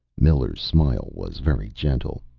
miller's smile was very gentle.